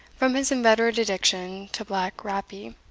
from his inveterate addiction to black rappee,